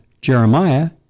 Jeremiah